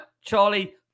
Charlie